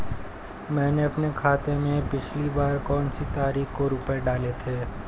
मैंने अपने खाते में पिछली बार कौनसी तारीख को रुपये डाले थे?